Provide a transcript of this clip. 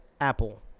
Apple